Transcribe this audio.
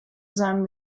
seinem